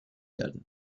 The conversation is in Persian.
گردم